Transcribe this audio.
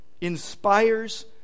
inspires